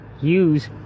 use